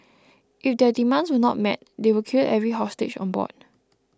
if their demands were not met they would kill every hostage on board